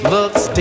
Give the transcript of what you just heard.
looks